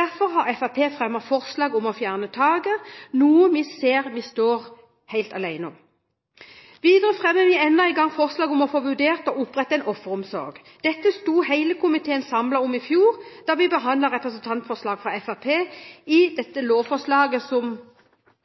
Derfor har Fremskrittspartiet fremmet forslag om å fjerne taket, noe vi ser vi står helt alene om. Videre fremmer vi enda en gang forslag om å få vurdert å opprette en offeromsorg. Dette sto hele komiteen samlet om i fjor, da vi behandlet representantforslaget fra Fremskrittspartiet – lovforslaget som omhandlet endringer i voldsofferloven. Har noe skjedd? Nei. Det